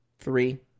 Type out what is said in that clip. Three